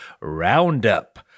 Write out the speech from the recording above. roundup